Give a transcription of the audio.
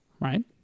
right